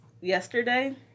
yesterday